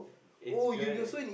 it's good